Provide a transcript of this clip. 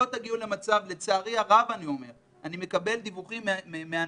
לצערי הרב, אני מקבל דיווחים מאנשים,